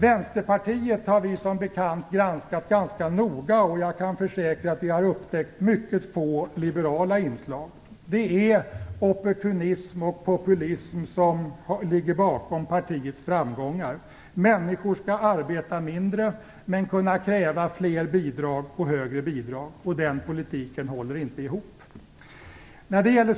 Vi har som bekant granskat Vänsterpartiet ganska noga. Jag kan försäkra att vi har upptäckt mycket få liberala inslag. Det är opportunism och populism som ligger bakom partiets framgångar. Människor skall arbeta mindre men kunna kräva fler och högre bidrag. Den politiken håller inte ihop.